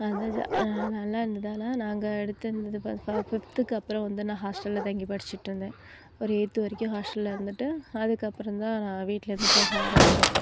அது நல்லா இருந்ததால் நாங்கள் அடுத்து ஃபிஃப்த்துக்கு அப்புறம் வந்து நான் ஹாஸ்டல்ல தங்கி படிச்சிட்டிருந்தேன் ஒரு எய்த் வரைக்கும் ஹாஸ்டல்ல இருந்துட்டு அதுக்கப்புறம் தான் நான் வீட்லேருந்து போக ஆரமித்தேன்